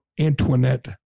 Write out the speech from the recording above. Antoinette